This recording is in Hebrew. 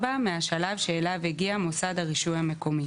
גם אז יש בעיה, אבל, מה אתה מבקש מהוועדה המקומית?